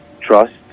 trust